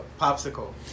popsicle